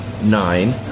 nine